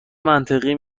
منطقی